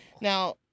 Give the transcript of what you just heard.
Now